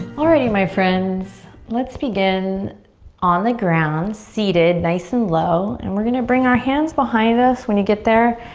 alrighty my friends, let's begin on the ground, seated, nice and low. and we're gonna bring our hands behind us. when you get there,